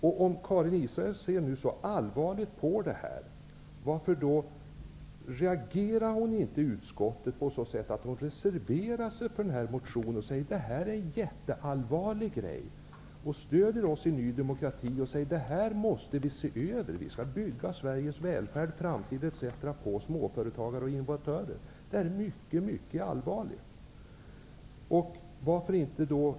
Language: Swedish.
Om Karin Israelsson nu ser så allvarligt på detta, varför reagerade hon då inte i utskottet på så sätt att hon reserverade sig till förmån för motionen? Hon borde ha sagt att detta var en viktig fråga och stött oss i Ny demokrati. Hon borde ha sagt: Detta måste vi se över. Vi skall bygga Sveriges välfärd, framtid, etc. på småföretagare och innovatörer. Detta är mycket allvarligt.